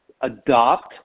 adopt